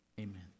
Amen